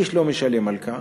איש לא משלם על כך,